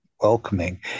welcoming